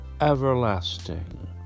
everlasting